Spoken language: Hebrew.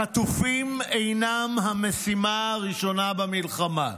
החטופים אינם המשימה הראשונה במלחמה.